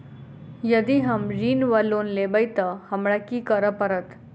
यदि हम ऋण वा लोन लेबै तऽ हमरा की करऽ पड़त?